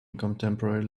contemporary